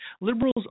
Liberals